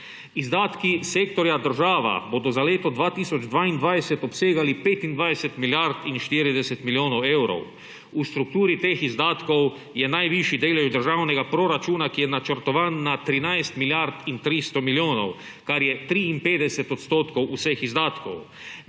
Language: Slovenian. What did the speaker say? Izdatki sektorja država bodo za leto 2022 obsegali 25 milijard in 40 milijonov evrov. V strukturi teh izdatkov je najvišji delež državnega proračuna, ki je načrtovan na 13 milijard in 300 milijonov, kar je 53 % vseh izdatkov.